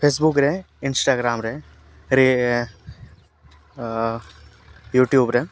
Facebook ᱨᱮ Instagram ᱨᱮ ᱨᱮ ᱤᱭᱩᱴᱩᱵᱽ ᱨᱮ